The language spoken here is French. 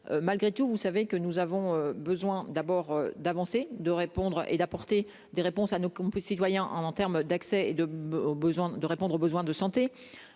malgré tout, vous savez que nous avons besoin d'abord d'avancer, de répondre et d'apporter des réponses à nos compris citoyens en en termes d'accès et de au besoin de répondre aux besoins de santé,